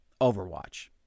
Overwatch